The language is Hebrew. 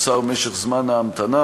קוצר משך ההמתנה,